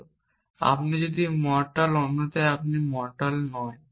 তবে আপনি মরটাল অন্যথায় আপনি মরটাল নন